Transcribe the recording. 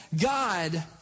God